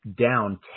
down